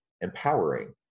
empowering